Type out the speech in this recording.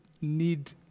need